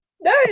no